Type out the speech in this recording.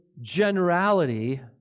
generality